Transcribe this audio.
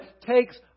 takes